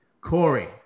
Corey